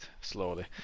slowly